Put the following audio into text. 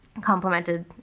complemented